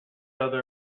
other